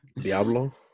Diablo